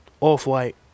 off-white